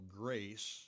grace